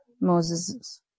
Moses